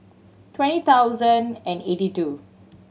twenty thousand and eighty two